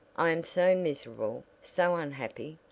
i am so miserable, so unhappy!